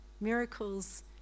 miracles